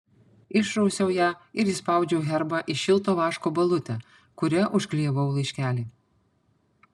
išrausiau ją ir įspaudžiau herbą į šilto vaško balutę kuria užklijavau laiškelį